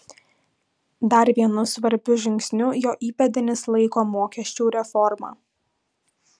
dar vienu svarbiu žingsniu jo įpėdinis laiko mokesčių reformą